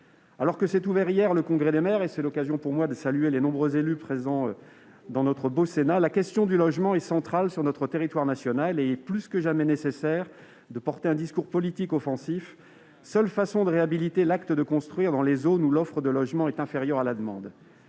Alors que s'est ouvert, hier, le Congrès des maires- occasion pour moi de saluer les nombreux élus présents dans notre beau Sénat -, la question du logement apparaît comme centrale sur notre territoire national. Il est plus que jamais nécessaire de porter un discours politique offensif, seule façon de réhabiliter l'acte de construire dans les zones où l'offre de logement est inférieure à la demande.